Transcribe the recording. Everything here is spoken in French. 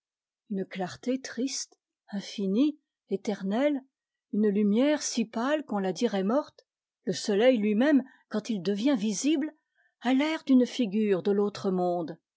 une clarté triste infinie éternelle une lumière si pâle qu'on la dirait morte le soleil lui-même quand il devient visible a l'air d'une figure de l'autre monde